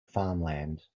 farmland